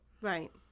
Right